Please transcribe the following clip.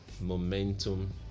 momentum